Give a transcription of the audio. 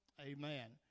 Amen